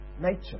nature